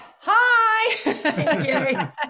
Hi